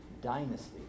dynasty